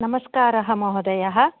नमस्कारः महोदयः